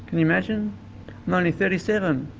you imagine? i'm only thirty seven.